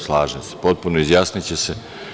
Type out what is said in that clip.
Slažem se potpuno, izjasniće se.